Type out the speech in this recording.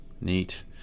neat